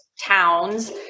towns